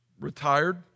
retired